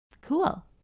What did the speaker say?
cool